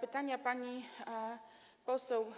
Pytanie pani poseł